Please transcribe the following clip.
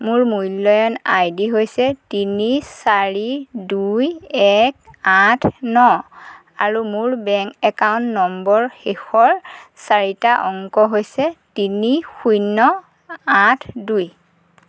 মোৰ মূল্যায়ন আইডি হৈছে তিনি চাৰি দুই এক আঠ ন আৰু মোৰ বেংক একাউণ্ট নম্বৰ শেষৰ চাৰিটা অংক হৈছে তিনি শূন্য আঠ দুই